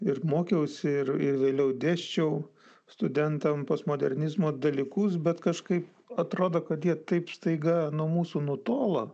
ir mokiausi ir ir vėliau dėsčiau studentam postmodernizmo dalykus bet kažkaip atrodo kad jie taip staiga nuo mūsų nutolo